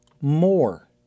more